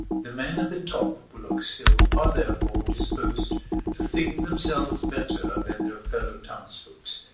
the men at the top of bullock's hill are therefore disposed to think themselves better than their fellow-townsfolks,